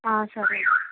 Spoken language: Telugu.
సరే